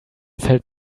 felt